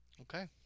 Okay